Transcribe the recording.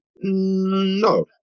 No